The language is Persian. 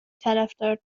طرفدار